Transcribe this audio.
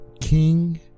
king